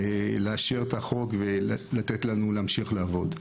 לאשר את החוק ולתת לנו להמשיך לעבוד.